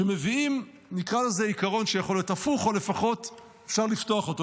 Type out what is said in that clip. שמביאים עיקרון שיכול להיות הפוך או לפחות אפשר לפתוח אותו,